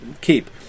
keep